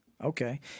Okay